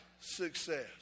success